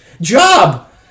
job